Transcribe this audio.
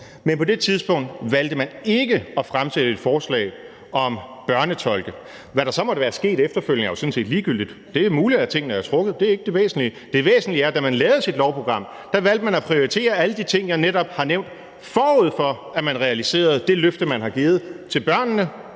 men på det tidspunkt valgte man ikke at fremsætte et forslag om børnetolke. Hvad der så måtte være sket efterfølgende, er jo sådan set ligegyldigt. Det er muligt, at tingene er blevet trukket ud, men det er ikke det væsentlige. Det væsentlige er, at man, da man lavede sit lovprogram, valgte at prioritere alle de ting, jeg netop har nævnt, forud for at man realiserede det løfte, man har givet til børnene,